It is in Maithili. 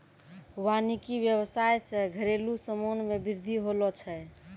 वानिकी व्याबसाय से घरेलु समान मे बृद्धि होलो छै